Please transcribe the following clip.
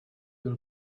byl